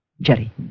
Jerry